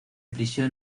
prisión